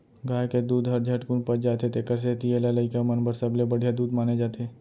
गाय के दूद हर झटकुन पच जाथे तेकर सेती एला लइका मन बर सबले बड़िहा दूद माने जाथे